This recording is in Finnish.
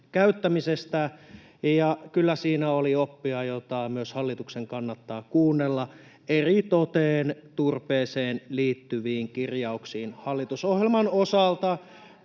käyttämisestä. Kyllä siinä oli oppia, jota myös hallituksen kannattaa kuunnella, eritoten turpeeseen liittyviin kirjauksiin hallitusohjelman osalta.